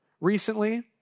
recently